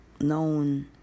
known